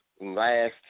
last